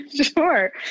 Sure